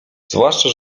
zwłaszcza